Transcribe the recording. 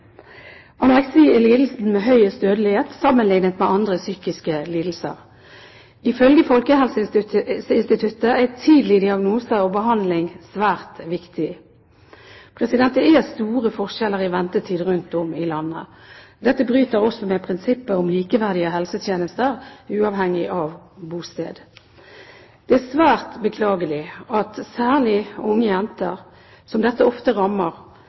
Anoreksi er lidelsen med høyest dødelighet sammenlignet med andre psykiske lidelser. Ifølge Folkehelseinstituttet er tidlig diagnose og behandling svært viktig. Det er store forskjeller i ventetider rundt om i landet. Dette bryter også med prinsippet om likeverdige helsetjenester uavhengig av bosted. Det er svært beklagelig at særlig unge jenter, som dette ofte rammer,